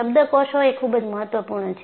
શબ્દકોષો એ ખૂબ જ મહત્વપૂર્ણ છે